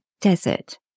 desert